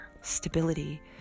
stability